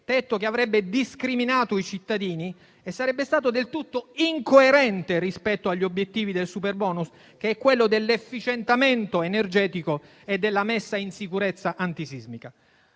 ISEE, che avrebbe discriminato i cittadini e sarebbe stata del tutto incoerente rispetto agli obiettivi del superbonus, che sono quelli dell'efficientamento energetico e della messa in sicurezza antisismica.